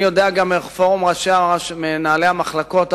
אני יודע גם איך פורום מנהלי המחלקות הערביות,